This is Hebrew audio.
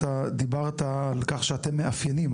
אתה דיברת על כך שאתם מאפיינים,